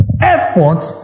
effort